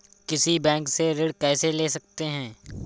किसी बैंक से ऋण कैसे ले सकते हैं?